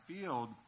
field